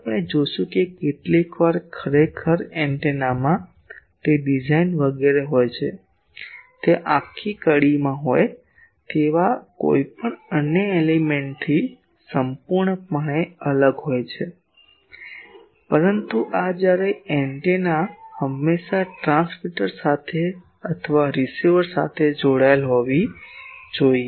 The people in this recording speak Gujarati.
પછી આપણે જોશું કે કેટલીકવાર ખરેખર એન્ટેનામાં તે ડિઝાઇન વગેરે હોય છે તે આખી કડીમાં હોય તેવા કોઈપણ અન્ય એલિમેન્ટથી સંપૂર્ણપણે અલગ હોય છે પરંતુ જ્યારે એન્ટેના હંમેશાં ટ્રાંસ્મીટર સાથે અથવા રીસીવર સાથે જોડાયેલ હોવી જોઈએ